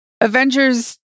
Avengers